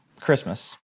Christmas